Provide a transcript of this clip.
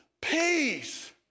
peace